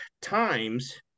times